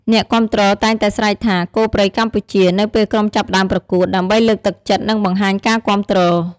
អ្នកគាំទ្រតែងតែស្រែកថា "គោព្រៃកម្ពុជា!" នៅពេលក្រុមចាប់ផ្តើមប្រកួត ដើម្បីលើកទឹកចិត្ត និងបង្ហាញការគាំទ្រ។